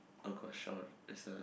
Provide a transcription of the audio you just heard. oh gosh or it's a